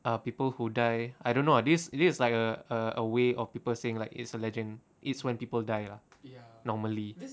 err people who die I don't know ah this this is like a a a way of people saying like it's a legend its when people die lah normally